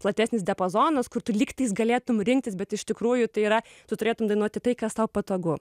platesnis diapazonas kur tu lygtais galėtum rinktis bet iš tikrųjų tai yra tu turėtum dainuoti tai kas tau patogu